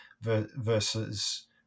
versus